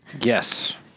Yes